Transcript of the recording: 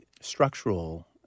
structural